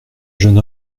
jeune